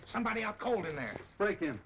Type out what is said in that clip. somebody out cold in there like i